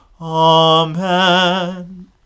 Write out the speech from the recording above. Amen